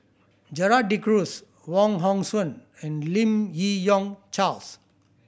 Gerald De Cruz Wong Hong Suen and Lim Yi Yong Charles